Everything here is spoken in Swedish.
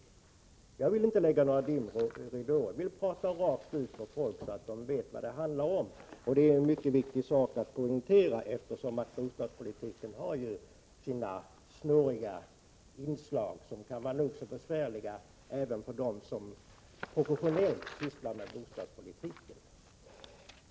Jag vill inte lägga ut några dimridåer, utan jag vill tala rakt på sak så att folk vet vad det handlar om. Det är mycket viktigt att poängtera detta, eftersom bostadspolitiken har sina snåriga inslag som kan vara nog så besvärliga även för dem som professionellt arbetar med bostadspolitiken.